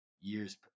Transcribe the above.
years –